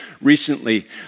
recently